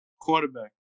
Quarterback